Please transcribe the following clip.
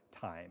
time